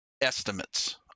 estimates